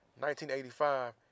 1985